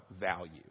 value